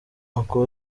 uncle